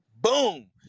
Boom